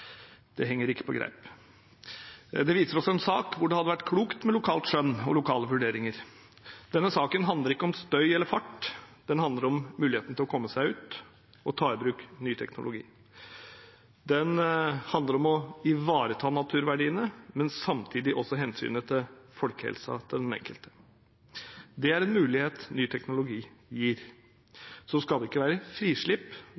Det henger ikke på greip. Dette er også en sak hvor det hadde vært klokt med lokalt skjønn og lokale vurderinger. Denne saken handler ikke om støy eller fart. Den handler om muligheten til å komme seg ut og ta i bruk ny teknologi. Den handler om å ivareta naturverdiene, men samtidig også hensynet til folkehelsa til den enkelte. Det er en mulighet ny teknologi